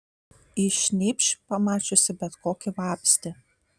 ji šnypš pamačiusi bet kokį vabzdį